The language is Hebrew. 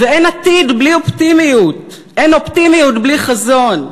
ואין עתיד בלי אופטימיות, אין אופטימיות בלי חזון.